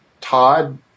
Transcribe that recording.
Todd